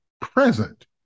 present